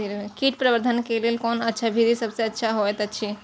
कीट प्रबंधन के लेल कोन अच्छा विधि सबसँ अच्छा होयत अछि?